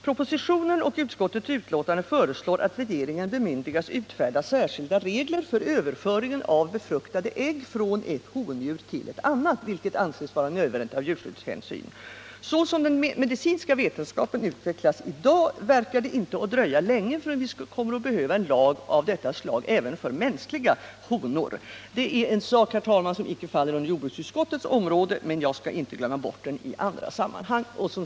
Propositionen och utskottets betänkande föreslår att regeringen bemyndigas utfärda särskilda regler för överföringen av befruktade ägg från ett hondjur till ett annat, vilket anses vara nödvändigt av djurskyddshänsyn. Så som den medicinska vetenskapen utvecklas i dag, verkar det inte dröja länge förrän vi kommer att behöva en lag av detta slag även för mänskliga honor. Det är en fråga som inte faller under jordbruksutskottets område men jag skall inte glömma bort den i andra sammanhang.